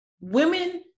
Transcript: Women